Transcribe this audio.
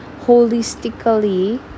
holistically